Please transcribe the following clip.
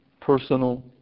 personal